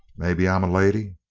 maybe i'm a lady?